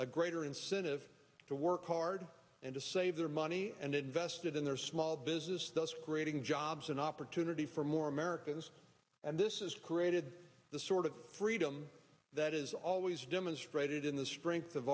a greater incentive to work hard and to save their money and invested in their small business thus creating jobs and opportunity for more americans and this is created the sort of freedom that is always demonstrated in the strength of